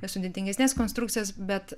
ne sudėtingesnės konstrukcijos bet